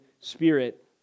spirit